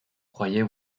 croyais